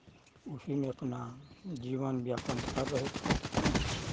उसी में अपना जीवन यापन कर रहे थे